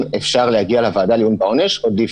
הזה.